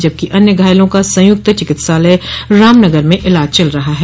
जबकि अन्य घायलों का संयुक्त चिकित्सालय रामनगर में इलाज चल रहा है